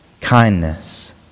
kindness